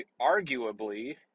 arguably